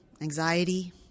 anxiety